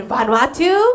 Vanuatu